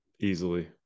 easily